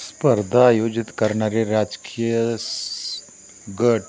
स्पर्धा आयोजित करणारे राजकीय स् गट